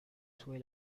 suoi